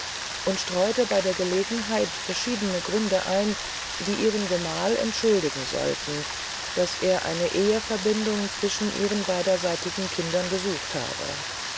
und streute bey der gelegenheit verschiedene gründe ein die ihren gemahl entschuldigen sollten daß er eine eheverbindung zwischen ihren beyderseitigen kindern gesucht habe